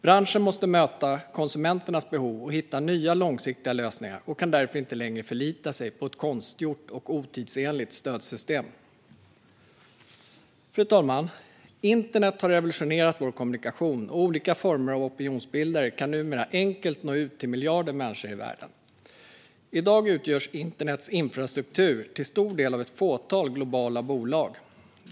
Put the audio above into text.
Branschen måste möta konsumenternas behov och hitta nya långsiktiga lösningar och kan därför inte längre förlita sig på ett konstgjort och otidsenligt stödsystem. Fru talman! Internet har revolutionerat vår kommunikation, och olika former av opinionsbildare kan numera enkelt nå ut till miljarder människor i världen. I dag utgörs internets infrastruktur till stor del av ett fåtal globala bolag.